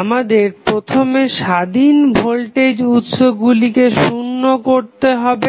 আমাদের প্রথমে স্বাধীন ভোল্টেজ উৎসগুলিকে শুন্য করতে হবে